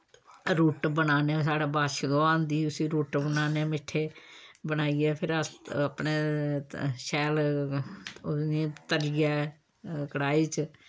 रुट्ट बनान्ने आं साढ़ै बच्छ दुआ होंदी उस्सी रुट्ट बनाने मिट्ठे बनाइयै फिर अस अपने शैल उ'नें गी तलियै कड़ाई च